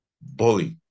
Bully